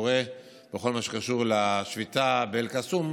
שקורה בכל מה שקשור לשביתה באל-קסום,